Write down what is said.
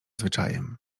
zwyczajem